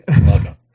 welcome